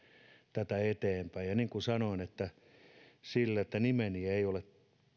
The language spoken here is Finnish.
tätä eteenpäin ja niin kuin sanoin sillä että nimeni ei ole